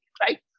right